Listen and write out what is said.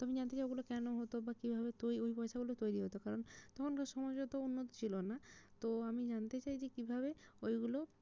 তো আমি জানতে চাই ওগুলো কেন হতো বা কীভাবে তৈ ওই পয়সাগুলো তৈরি হতো কারণ তখনকার সমাজ অত উন্নত ছিলো না তো আমি জানতে চাই যে কীভাবে ওইগুলো